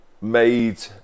made